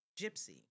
gypsy